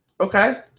Okay